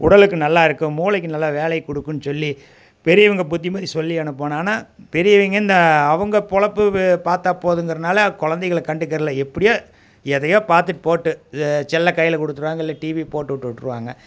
உடலுக்கு நல்லாயிருக்கும் மூளைக்கு நல்ல வேலையை கொடுக்குன்னு சொல்லி பெரியவங்க புத்திமதி சொல்லி அனுப்பணும் ஆனால் பெரியவங்க இந்த அவங்க பிழப்பு பார்த்தா போதுங்கிறனால் குழந்தைகள கண்டுக்கிறதில்லை எப்படியோ எதையோ பாத்துட்டு போகட்டும் செல்லை கையில் கொடுத்துடுவாங்க இல்லை டிவி போட்டுவிட்டு விட்ருவாங்க